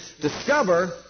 discover